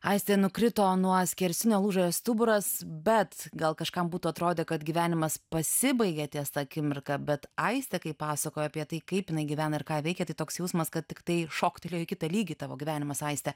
aistė nukrito nuo skersinio lūžo jos stuburas bet gal kažkam būtų atrodę kad gyvenimas pasibaigė ties ta akimirka bet aistė kaip pasakoja apie tai kaip jinai gyvena ir ką veikia tai toks jausmas kad tiktai šoktelėjo į kitą lygį tavo gyvenimas aiste